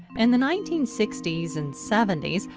and the nineteen sixty s and seventy s,